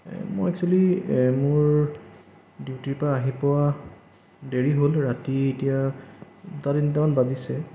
মই একচুয়েলি মোৰ ডিউটিৰ পৰা আহি পোৱা দেৰি হ'ল ৰাতি এতিয়া দুটা তিনিটামান বাজিছে